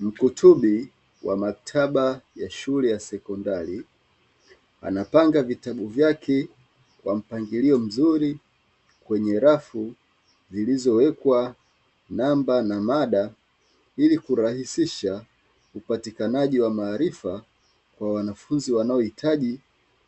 Mkutubi wa mkataba ya shule ya sekondari, anapanga vitabu vyake kwa mpangilio mzuri; kwenye rafu zilizowekwa namba na mada, ili kurahisisha upatikanaji wa maarifa kwa wanafunzi wanaohitaji